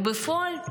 ובפועל,